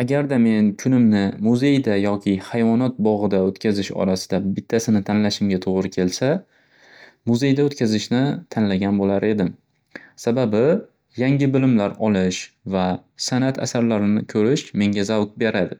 Agarda men kunimni muzeyda yoki hayvonot bogʻida oʻtkazish orasida bittasini tanlashimga toʻgʻri kelsa, muzeyda oʻtkazishni tanlagan boʻlar edim. Sababi yangi bilimlar olish va sanʼat asarlarini koʻrish menga zavq beradi.